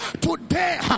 Today